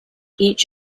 each